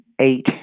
Eight